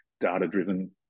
data-driven